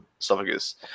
esophagus